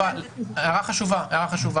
הערה חשובה.